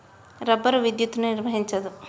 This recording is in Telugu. రబ్బరు విద్యుత్తును నిర్వహించదు